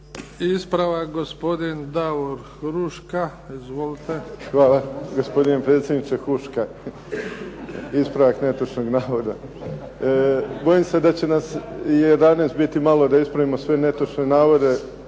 Ispravak gospodin Davor Huška. **Huška, Davor (HDZ)** Hvala gospodine predsjedniče. Ispravak netočnog navoda. Bojim se da će nas 11 biti malo da ispravimo sve netočne navode